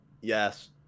Yes